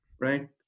Right